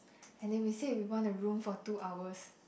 and then we said we want a room for two hours